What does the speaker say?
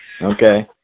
Okay